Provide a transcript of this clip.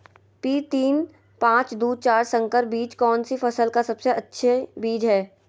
P तीन पांच दू चार संकर बीज कौन सी फसल का सबसे अच्छी बीज है?